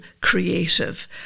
creative